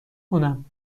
کنم